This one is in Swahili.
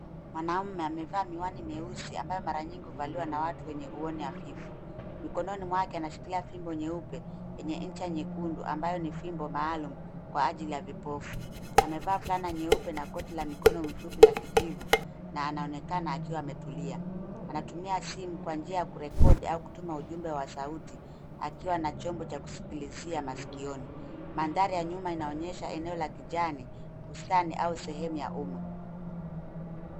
Mwanaume amevaa miwani mieusi ambayo mara nyingi huvaliwa na watu wenye uoni hafifu. Mikononi mwake ameshikilia fimbo nyeupe yenye ncha nyekundu ambayo ni fimbo maalum kwa ajili ya vipofu. Amevaa fulana nyeupe na koti la mikono mifupi la kijivu na anaonekana akiwa ametulia. Anatumia simu kwa njia ya ku record au kutuma ujumbe wa sauti akiwa na chombo cha kusikilizia masikioni. Mandhari ya nyuma inaonyesha eneo la kijani, bustani au sehemu ya umma.